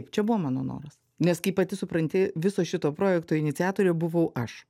čia buvo mano noras nes kaip pati supranti viso šito projekto iniciatorė buvau aš